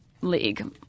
league